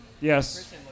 Yes